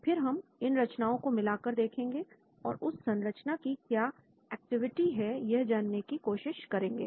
फिर हम इन रचनाओं को मिलाकर देखेंगे और उस संरचना की क्या एक्टिविटी है यह जानने की कोशिश करेंगे